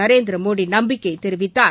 நரேந்திரமோடி நம்பிக்கை தெரிவித்தார்